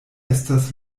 estas